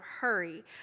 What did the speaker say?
hurry